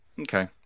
Okay